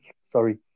sorry